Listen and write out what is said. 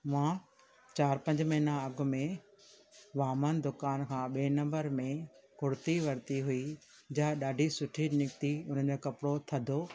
मां चारि पंज महीना अॻिमें वामन दुकान खां ॿिए नंबर में कुर्ती वर्ती हुई जेका ॾाढी सुठी निकिती उनजो कपिड़ो थधो